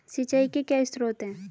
सिंचाई के क्या स्रोत हैं?